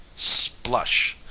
splush!